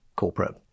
corporate